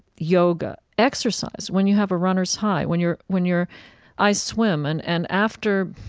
yoga, exercise, when you have a runner's high. when you're when you're i swim, and and after,